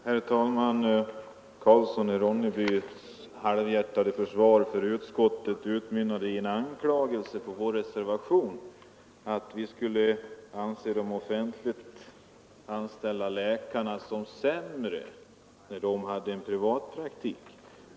Herr talman! Herr Karlssons i Ronneby halvhjärtade försvar för utskottet utmynnade i en anklagelse mot vår reservation: vi skulle anse de offentliganställda läkarna vara sämre när de hade en privatpraktik.